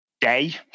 day